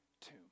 tomb